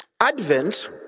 Advent